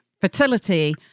fertility